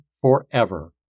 forever